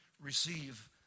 receive